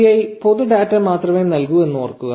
API പൊതു data മാത്രമേ നൽകൂ എന്ന് ഓർക്കുക